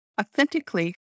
Authentically